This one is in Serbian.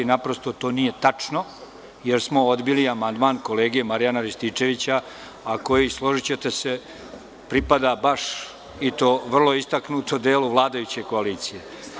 Naprosto, to nije tačno, jer smo odbili amandman kolege Marijana Rističevića a koji, složićete se, baš pripada i to vrlo istaknuto delu vladajuće koalicije.